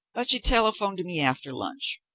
but she telephoned to me after lunch.